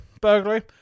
Burglary